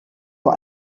vor